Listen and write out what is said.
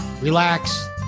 relax